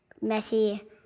messy